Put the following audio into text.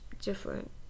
different